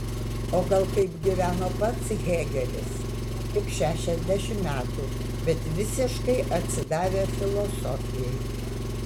o gal kaip gyveno pats hėgelis tik šešiasdešimt metų bet visiškai atsidavę filosofijai